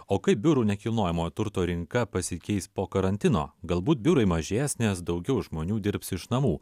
o kaip biurų nekilnojamojo turto rinka pasikeis po karantino galbūt biurai mažės nes daugiau žmonių dirbs iš namų